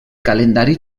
calendari